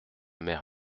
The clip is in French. mère